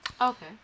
Okay